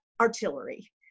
artillery